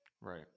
Right